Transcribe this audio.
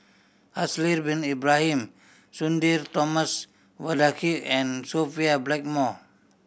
Haslir Bin Ibrahim Sudhir Thomas Vadaketh and Sophia Blackmore